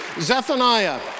Zephaniah